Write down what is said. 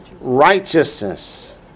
Righteousness